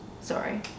sorry